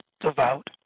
devout